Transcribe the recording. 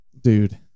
Dude